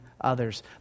others